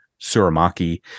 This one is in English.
Suramaki